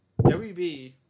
WB